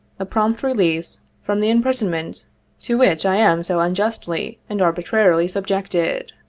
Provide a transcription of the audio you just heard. a prompt release from the impris onment to which i am so unjustly and arbitrarily subjected.